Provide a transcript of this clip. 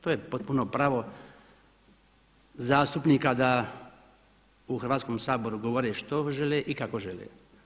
To je potpuno pravo zastupnika da u Hrvatskom saboru govore što žele i kako žele.